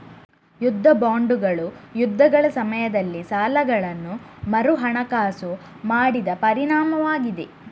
ಯುದ್ಧ ಬಾಂಡುಗಳು ಯುದ್ಧಗಳ ಸಮಯದಲ್ಲಿ ಸಾಲಗಳನ್ನು ಮರುಹಣಕಾಸು ಮಾಡಿದ ಪರಿಣಾಮವಾಗಿದೆ